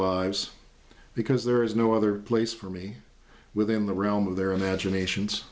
lives because there is no other place for me within the realm of their imaginations